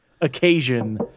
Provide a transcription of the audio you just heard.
occasion